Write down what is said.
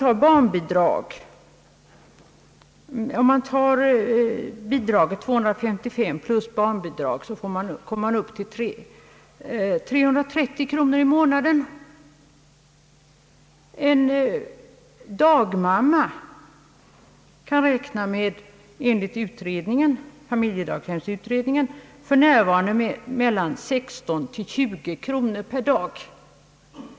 Ersättningen på 255 kronor plus barnbidraget blir 330 kronor i månaden, och en dagmamma kan enligt familjedaghemsutredningen för närvarande räkna med 16 å 20 kronor per dag.